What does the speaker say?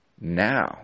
now